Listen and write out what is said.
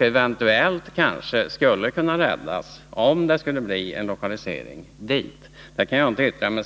Eventuellt skulle denna ammoniakfabrik kunna räddas om det blir en lokalisering av destruktionsanläggningen dit.